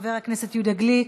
חבר הכנסת יהודה גליק.